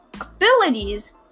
abilities